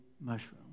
mushroom